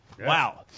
Wow